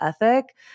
ethic